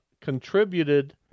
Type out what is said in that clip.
contributed